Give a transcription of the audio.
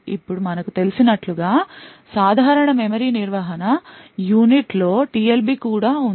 ఇప్పుడు మనకు తెలిసినట్లుగా సాధారణ మెమరీ నిర్వహణ యూనిట్లో TLB కూడా ఉంది